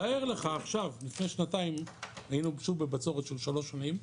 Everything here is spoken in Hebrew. תאר לך אם לפני שנתיים היינו שוב בבצורת של שלוש שנים,